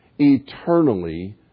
eternally